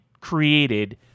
created